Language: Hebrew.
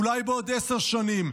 ואולי בעוד עשר שנים,